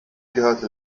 gehörte